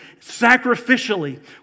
sacrificially